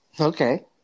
Okay